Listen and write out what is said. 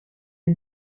est